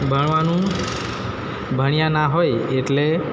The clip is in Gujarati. ભણવાનું ભણ્યા ના હોય એટલે